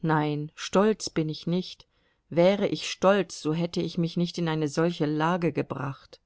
nein stolz bin ich nicht wäre ich stolz so hätte ich mich nicht in eine solche lage gebracht